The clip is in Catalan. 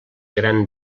gran